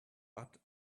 but